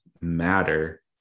matter